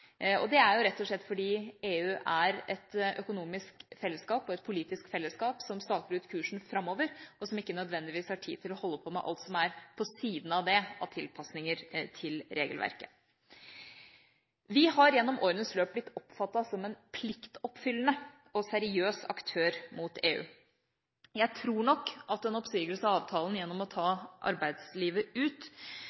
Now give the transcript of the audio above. Det er rett og slett fordi EU er et økonomisk og politisk fellesskap som staker ut kursen framover, og som ikke nødvendigvis har tid til å holde på med alt som er på siden av tilpasninger til regelverket. Vi har gjennom årenes løp blitt oppfattet som en pliktoppfyllende og seriøs aktør mot EU. Men jeg tror nok at en oppsigelse av avtalen ved å ta